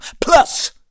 Plus